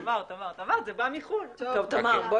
אמרת שזה בא מחוץ לארץ.